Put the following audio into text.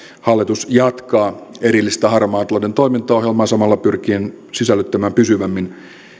hallitus jatkaa erillistä harmaan talouden toimintaohjelmaa samalla pyrkien sisällyttämään pysyvämmin